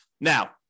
Now